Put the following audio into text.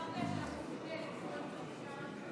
חברות וחברי הכנסת,